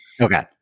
Okay